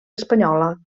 espanyola